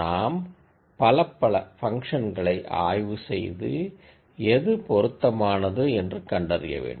நாம் பலப்பல ஃபங்ஷன்களை ஆய்வு செய்து எது பொறுத்தமானது என்று கண்டறியவேண்டும்